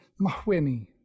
Mahwini